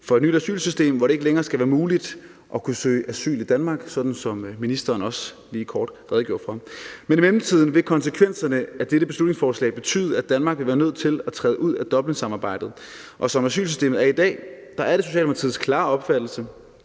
for et nyt asylsystem, hvor det ikke længere skal være muligt at kunne søge asyl i Danmark, sådan som ministeren også lige kort redegjorde for. Men i mellemtiden vil konsekvenserne af dette beslutningsforslag være, at Danmark vil være nødt til at træde ud af Dublinsamarbejdet, og som asylsystemet er i dag, er det Socialdemokratiets klare opfattelse,